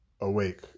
awake